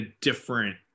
different